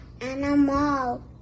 animal